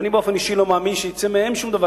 שאני באופן אישי לא מאמין שיצא מהן משהו,